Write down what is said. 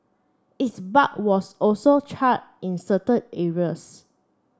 its bark was also charred in certain areas